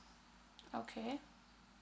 okay